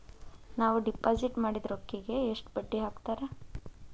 ನಾವು ಡಿಪಾಸಿಟ್ ಮಾಡಿದ ರೊಕ್ಕಿಗೆ ಎಷ್ಟು ಬಡ್ಡಿ ಹಾಕ್ತಾರಾ?